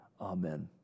Amen